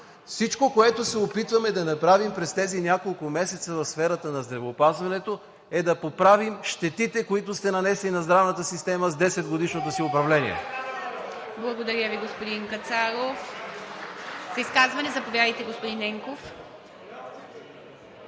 Всичко, което се опитваме да направим през тези няколко месеца в сферата на здравеопазването, е да поправим щетите, които сте нанесли на здравната система с 10-годишното си управление.